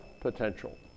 potential